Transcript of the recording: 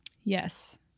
Yes